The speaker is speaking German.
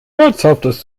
herzhaftes